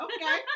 Okay